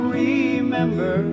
remember